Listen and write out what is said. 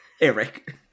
Eric